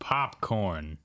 Popcorn